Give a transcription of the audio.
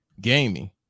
gaming